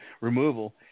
removal